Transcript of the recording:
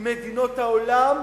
עם מדינות העולם,